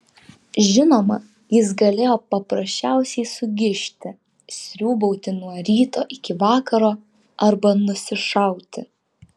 žinoma jis galėjo paprasčiausiai sugižti sriūbauti nuo ryto iki vakaro arba nusišauti